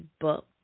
book